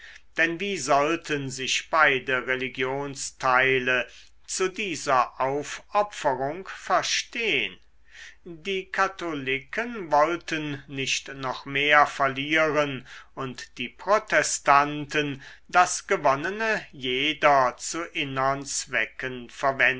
denn wie sollten sich beide religionsteile zu dieser aufopferung verstehn die katholiken wollten nicht noch mehr verlieren und die protestanten das gewonnene jeder zu innern zwecken